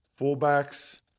fullbacks